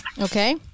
okay